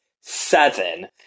seven